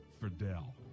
Fidel